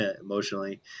emotionally